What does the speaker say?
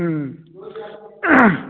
ꯎꯝ